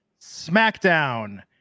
Smackdown